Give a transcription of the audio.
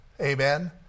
Amen